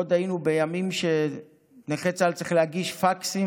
עוד היינו בימים שנכה צה"ל היה צריך להגיש פקסים,